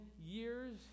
years